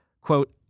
Quote